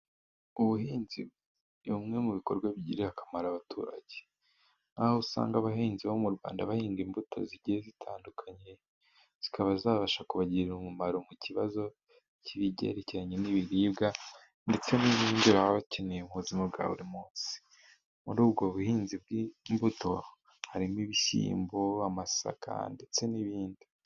Ubuhinzi ni bumwe mu bikorwa bigirira akamaro abaturage, nk'aho usanga abahinzi bo mu Rwanda bahinga imbuto zigiye zitandukanye, zikaba zabasha kubagirira umumaro mu kibazo, kibyerekeranye n'ibiribwa ndetse n'ibindi baba bakeneye, mu buzima bwa buri munsi muri ubwo buhinzi bw'imbuto, harimo ibishyimbo, amasaka ndetse n'ibindi.